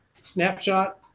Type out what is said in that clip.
snapshot